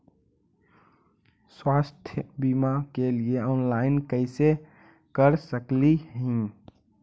स्वास्थ्य बीमा के लिए ऑनलाइन कैसे कर सकली ही?